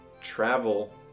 travel